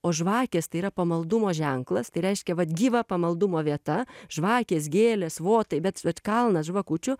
o žvakės tai yra pamaldumo ženklas tai reiškia gyva pamaldumo vieta žvakės gėlės votai bet vat kalnas žvakučių